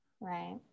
Right